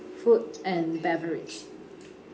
food and beverage